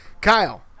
kyle